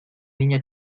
niña